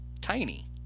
tiny